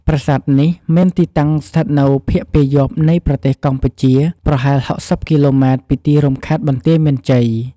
ប្រាសាទនេះមានទីតាំងស្ថិតនៅភាគពាយព្យនៃប្រទេសកម្ពុជា ប្រហែល ៦០ គីឡូម៉ែត្រពីទីរួមខេត្តបន្ទាយមានជ័យ។